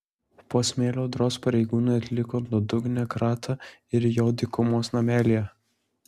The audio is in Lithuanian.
po smėlio audros pareigūnai atliko nuodugnią kratą ir jo dykumos namelyje